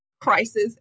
Crisis